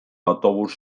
autobus